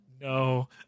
No